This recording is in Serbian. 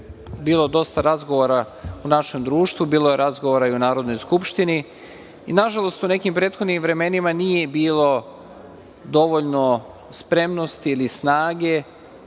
bilo dosta razgovora u našem društvu. Bilo je razgovora i u Narodnoj skupštini. Nažalost, u nekim prethodnim vremenima nije bilo dovoljno spremnosti ili snage